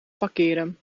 parkeren